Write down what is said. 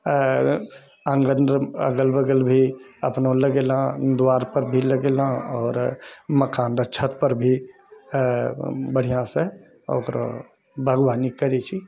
अगल बगल भी अपनो लगेलहुँ द्वारपर भी लगेलहुँ आओर मकानरऽ छतपर भी बढ़िआँसँ ओकरो बागवानी करै छी